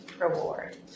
reward